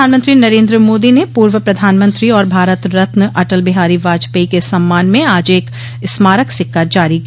प्रधानमंत्री नरेन्द्र मोदी ने पूर्व प्रधानमंत्री और भारत रत्न अटल बिहारी वाजपेयी के सम्मान में आज एक स्मारक सिक्का जारी किया